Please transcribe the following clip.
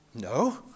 No